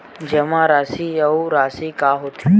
जमा राशि अउ राशि का होथे?